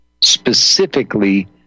specifically